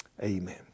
amen